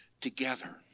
together